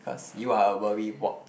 cause you are a worrywart